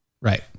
Right